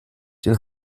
den